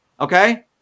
okay